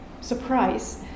surprise